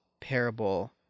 parable